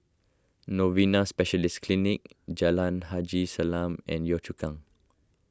Novena Specialist Clinic Jalan Haji Salam and Yio Chu Kang